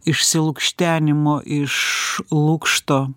išsilukštenimo iš lukšto